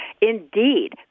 Indeed